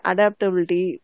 Adaptability